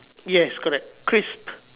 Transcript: yes correct Crist